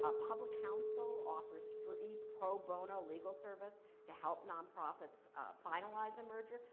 ah public counsel offers free pro bono legal service to help non-profits finalize a merger.